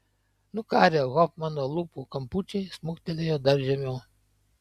nukarę hofmano lūpų kampučiai smuktelėjo dar žemiau